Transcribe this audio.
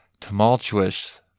tumultuous